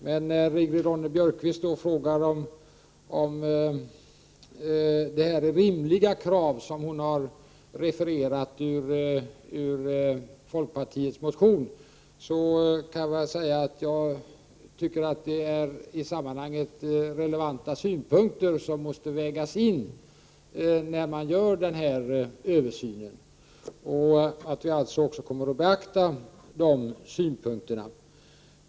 När Ingrid Ronne-Björkqvist frågar om det är rimliga krav som hon har refererat ur folkpartiets motion, kan jag bara säga att jag tycker det är i sammanhanget relevanta synpunkter, som måste vägas in när man gör denna översyn och att vi alltså kommer att beakta dem.